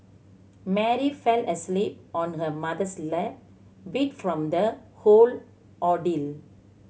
Mary fell asleep on her mother's lap beat from the whole ordeal